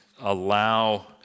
allow